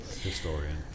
Historian